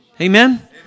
Amen